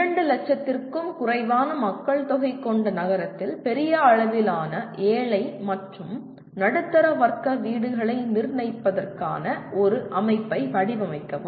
2 லட்சத்திற்கும் குறைவான மக்கள்தொகை கொண்ட நகரத்தில் பெரிய அளவிலான ஏழை மற்றும் நடுத்தர வர்க்க வீடுகளை நிர்மாணிப்பதற்கான ஒரு அமைப்பை வடிவமைக்கவும்